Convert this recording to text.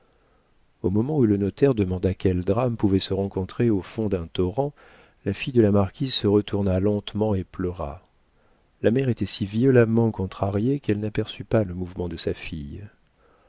au moment où le notaire demanda quel drame pouvait se rencontrer au fond d'un torrent la fille de la marquise se retourna lentement et pleura la mère était si violemment contrariée qu'elle n'aperçut pas le mouvement de sa fille